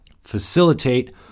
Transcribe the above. facilitate